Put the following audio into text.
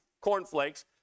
cornflakes